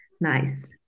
nice